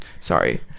Sorry